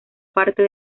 parte